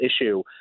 issue